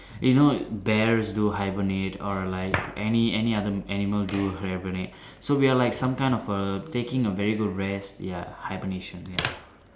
you know bears do hibernate or like any any other animals do hibernate so we are like some kind of a taking a very good rest ya hibernation ya